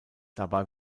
dabei